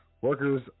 Workers